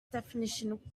definition